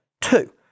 two